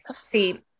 See